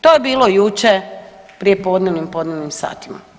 To je bilo jučer u prijepodnevnim, podnevnim satima.